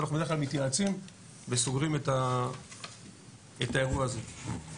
אנחנו בדרך כלל מתייעצים וסוגרים את האירוע הזה.